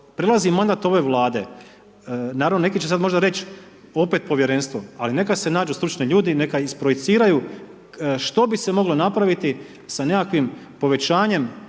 prelazi mandat ove Vlade, naravno neki će sad možda reć opet povjerenstvo, ali neka se nađu stručni ljudi neka isprojeciraju što bi se moglo napraviti sa nekakvim povećanjem